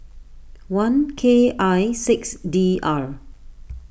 one K I six D R